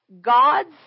god's